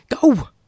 go